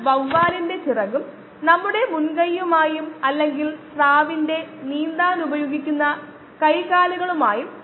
ഇതാണ് നമ്മൾ കണ്ടത് താപ അണുനശീകരണം ഉയർന്ന താപനിലയോടുള്ള കോശങ്ങളുടെ പ്രതികരണം